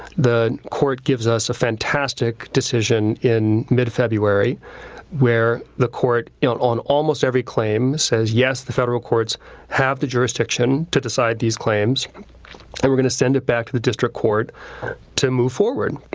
the court gives us a fantastic decision in mid february where the court you know on almost every claim says, yes, the federal courts have the jurisdiction to decide these claims and we're going to send it back to the district court to move forward.